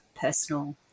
personal